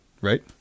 right